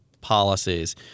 policies